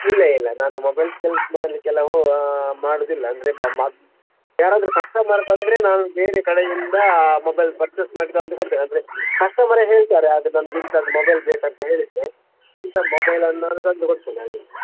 ಇಲ್ಲ ಇಲ್ಲ ನಾನು ಮೊಬೈಲ್ ಸೇಲ್ಸ್ ಮಾಡಲಿಕ್ಕೆಲ್ಲ ಮಾಡೋದಿಲ್ಲ ಅಂದರೆ ಯಾರಾದರೂ ಕಸ್ಟಮರ್ ಬಂದರೆ ನಾವು ಬೇರೆ ಕಡೆಯಿಂದ ಮೊಬೈಲ್ ಪರ್ಚೆಸ್ ಮಾಡಿ ತಂದು ಕೊಡ್ತೇವೆ ಅಂದರೆ ಕಸ್ಟಮರೇ ಹೇಳ್ತಾರೆ ಅದು ನಮ್ಗೆ ಇಂಥದ್ದು ಮೊಬೈಲ್ ಬೇಕು ಅಂತ ಹೇಳಿದರೆ ಅಂಥ ಮೊಬೈಲನ್ನು ತಂದು ಕೊಡ್ತೇವೆ ನಾವು ಇಲ್ಲಿ